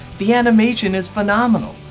the animation is phenomenal.